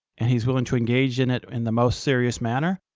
and he's willing to engage in it in the most serious manner.